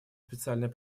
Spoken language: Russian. специальной